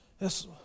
Yes